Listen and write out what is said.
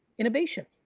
innovation.